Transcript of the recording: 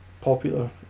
popular